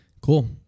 Cool